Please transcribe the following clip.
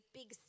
big